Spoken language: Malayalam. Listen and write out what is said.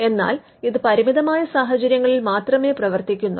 എന്നാൽ ഇത് പരിമിതമായ സാഹചര്യങ്ങളിൽ മാത്രമേ പ്രവർത്തിക്കുന്നുള്ളു